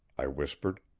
i whispered.